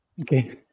okay